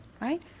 right